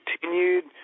Continued